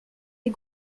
les